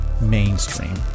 mainstream